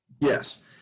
Yes